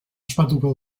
ospatuko